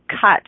cut